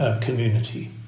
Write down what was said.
community